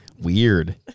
Weird